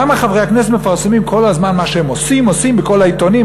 למה חברי הכנסת מפרסמים כל הזמן מה שהם עושים בכל העיתונים,